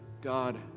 God